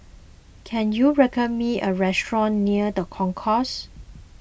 can you recommend me a restaurant near the Concourse